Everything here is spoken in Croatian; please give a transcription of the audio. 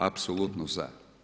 Apsolutno za.